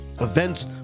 events